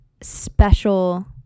special